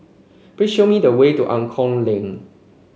please show me the way to Angklong Lane